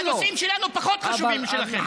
הנושאים שלנו פחות חשובים משלכם.